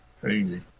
Crazy